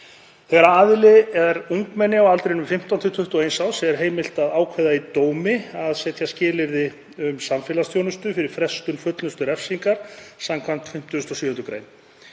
Þegar aðili er ungmenni á aldrinum 15–21 árs er heimilt að ákveða í dómi að setja sérstakt skilyrði um samfélagsþjónustu fyrir frestun fullnustu refsingar skv. 57. gr.